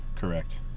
Correct